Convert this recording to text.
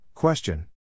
Question